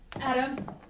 Adam